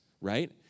right